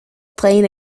plane